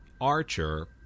archer